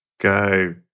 Go